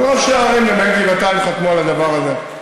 כל ראשי הערים למעט גבעתיים חתמו על הדבר הזה.